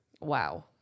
Wow